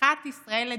הפיכת ישראל לדיקטטורה,